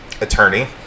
Attorney